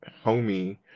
Homie